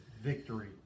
victory